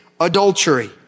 adultery